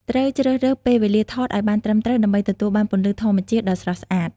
ត្រូវជ្រើសរើសពេលវេលាថតឲ្យបានត្រឹមត្រូវដើម្បីទទួលបានពន្លឺធម្មជាតិដ៏ស្រស់ស្អាត។